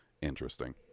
interesting